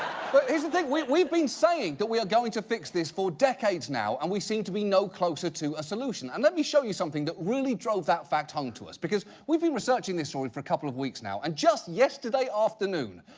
but here's the thing. we've we've been saying that we are going to fix this for decades now, and we seem to be no closer to a solution. and let me show you something that really drove that fact home to us, because we've been researching this story for a couple of weeks now, and just yesterday afternoon,